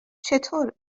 چطور